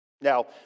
Now